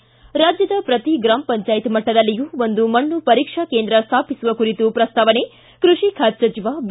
ಿ ರಾಜ್ಯದ ಪ್ರತಿ ಗ್ರಾಮ ಪಂಚಾಯತ್ ಮಟ್ಟದಲ್ಲಿಯೂ ಒಂದು ಮಣ್ಣು ಪರೀಕ್ಷಾ ಕೇಂದ್ರ ಸ್ಥಾಪಿಸುವ ಕುರಿತು ಪ್ರಸ್ತಾವನೆ ಕೃಷಿ ಖಾತೆ ಸಚಿವ ಬಿ